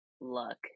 luck